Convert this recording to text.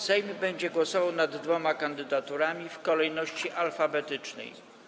Sejm będzie głosował nad dwiema kandydaturami w kolejności alfabetycznej.